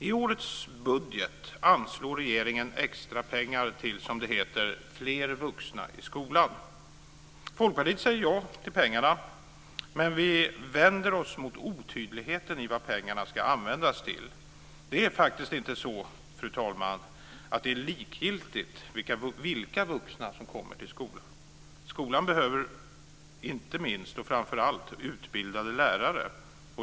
I årets budget anslår regeringen extra pengar till, som det heter, "fler vuxna i skolan". Folkpartiet säger ja till pengarna, men vi vänder oss mot otydligheten i vad pengarna ska användas till. Det är faktiskt inte så, fru talman, att det är likgiltigt vilka vuxna som kommer till skolan. Skolan behöver inte minst, och framför allt, utbildade lärare.